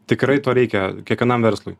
tikrai to reikia kiekvienam verslui